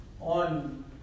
on